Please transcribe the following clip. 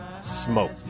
Smoke